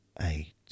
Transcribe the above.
eight